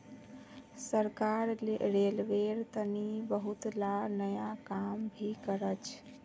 सरकार रेलवेर तने बहुतला नया काम भी करछ